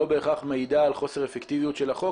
לא בהכרח מעידה על חוסר אפקטיביות של החוק